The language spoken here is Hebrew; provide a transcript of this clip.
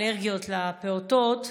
הסייעות לפעוטות